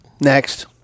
next